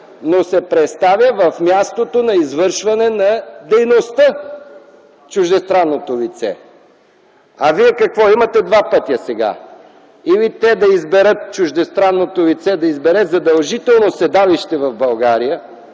но се представя на мястото на извършване на дейността на чуждестранното лице. А вие – какво, имате два пътя сега – или чуждестранното лице да избере задължително седалище в България